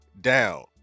down